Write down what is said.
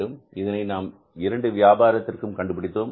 இதனை நாம் 2 வியாபாரத்திற்கும் கண்டுபிடித்தோம்